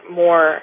more